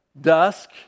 Dusk